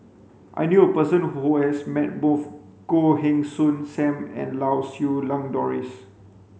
I knew a person who has met both Goh Heng Soon Sam and Lau Siew Lang Doris